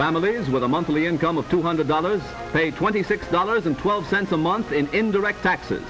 families with a monthly income of two hundred dollars twenty six dollars and twelve cents a month in indirect taxes